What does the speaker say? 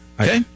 Okay